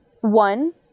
One